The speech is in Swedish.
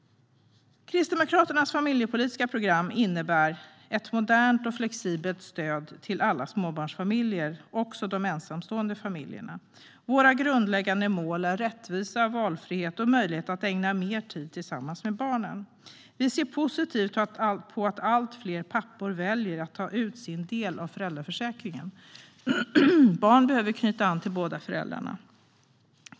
Kristdemokraternas familjepolitiska program innebär ett modernt och flexibelt stöd till alla småbarnsfamiljer - också de ensamstående familjerna. Våra grundläggande mål är rättvisa, valfrihet och möjlighet att tillbringa mer tid tillsammans med barnen. Vi ser positivt på att allt fler pappor väljer att ta ut sin del av föräldraförsäkringen. Barn behöver knyta an till båda föräldrarna.